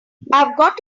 got